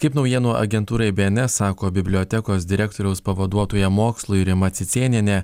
kaip naujienų agentūrai bns sako bibliotekos direktoriaus pavaduotoja mokslui rima cicėnienė